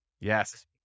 Yes